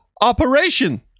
Operation